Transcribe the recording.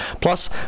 plus